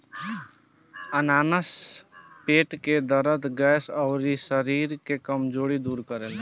अनानास पेट के दरद, गैस, अउरी शरीर के कमज़ोरी के दूर करेला